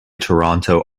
toronto